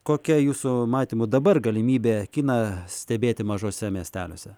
kokia jūsų matymu dabar galimybė kiną stebėti mažuose miesteliuose